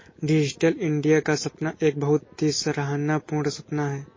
digital India का सपना एक बहुत ही सराहना पूर्ण सपना है